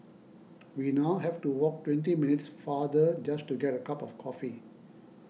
we now have to walk twenty minutes farther just to get a cup of coffee